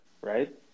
right